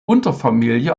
unterfamilie